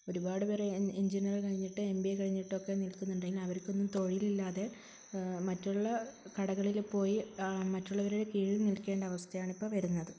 ഒരുപാടുപേര് engineering കഴിഞ്ഞിട്ട് M B A കഴിഞ്ഞിട്ടൊക്കെ നിൽക്കുന്നുണ്ടെങ്കിലും അവര്ക്കൊന്നും തൊഴിലില്ലാതെ മറ്റുള്ള കടകളില് പോയി മറ്റുള്ളവരുടെ കീഴിൽ നിൽക്കേണ്ട അവസ്ഥയാണിപ്പോള് വരുന്നത്